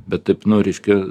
bet taip nu ryške